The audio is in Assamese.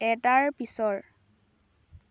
এটাৰ পিছৰ